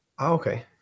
Okay